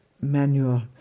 manual